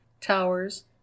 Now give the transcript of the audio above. towers